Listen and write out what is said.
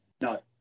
No